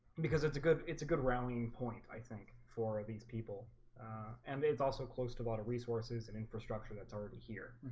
because it's a good it's a good rallying point i think for these people and it's also close to a lot of resources and infrastructure that's already here